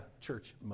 church